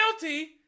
guilty